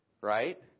Right